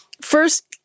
first